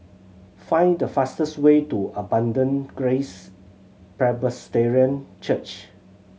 find the fastest way to Abundant Grace Presbyterian Church